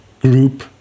group